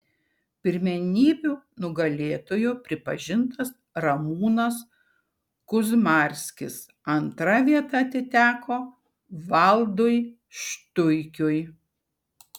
pirmenybių nugalėtoju pripažintas ramūnas kuzmarskis antra vieta atiteko valdui štuikiui